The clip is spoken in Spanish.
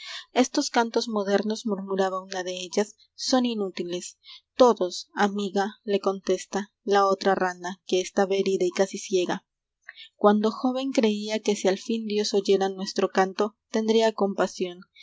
estos cantos modernos murmuraba una de ellas son inútiles todos amiga le contesta la otra rana que estaba herida y casi ciega cuando joven creía que si al fin dios oyera nuestro canto tendría compasión